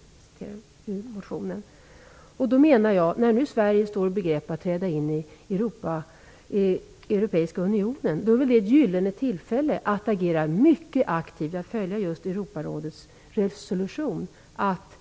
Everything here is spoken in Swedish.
Jag citerade detta ur motionen. När Sverige nu står i begrepp att träda in i Europeiska unionen är väl det ett gyllene tillfälle att agera mycket aktivt. Man bör följa Europarådets resolution om att